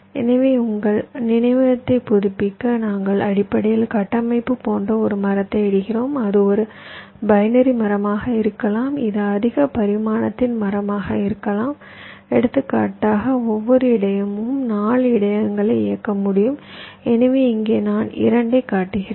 எனவே உங்கள் நினைவகத்தைப் புதுப்பிக்க நாங்கள் அடிப்படையில் கட்டமைப்பு போன்ற ஒரு மரத்தை இடுகிறோம் அது ஒரு பைனரி மரமாக இருக்கலாம் இது அதிக பரிமாணத்தின் மரமாக இருக்கலாம் எடுத்துக்காட்டாக ஒவ்வொரு இடையகமும் 4 இடையகங்களை இயக்க முடியும் எனவே இங்கே நான் 2 ஐக் காட்டுகிறேன்